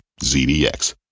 ZDX